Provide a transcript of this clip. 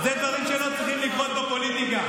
אלה דברים שלא צריכים לקרות בפוליטיקה,